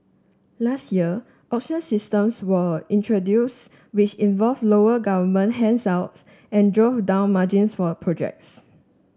last year auction systems were introduced which involved lower government handouts and drove down margins for projects